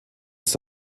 ist